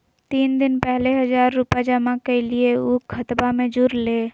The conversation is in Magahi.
तीन दिन पहले हजार रूपा जमा कैलिये, ऊ खतबा में जुरले?